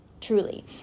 truly